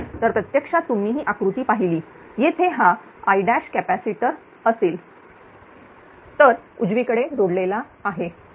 तर प्रत्यक्षात तुम्ही ही आकृती पाहिली येथे हा I कॅपॅसिटर असेल तर उजवीकडे जोडलेला आहे